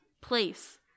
place